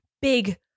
big